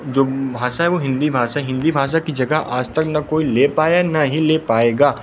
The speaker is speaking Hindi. जो भाषा है वह हिंदी भाषा है हिंदी भाषा की जगह आज तक ना कोई ले पाया है ना ही ले पाएगा